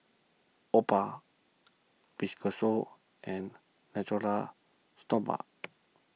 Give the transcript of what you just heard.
Oppo Fibrosol and Natura Stoma